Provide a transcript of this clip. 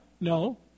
no